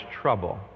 trouble